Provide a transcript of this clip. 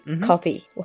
copy